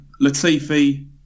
Latifi